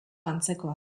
antzekoa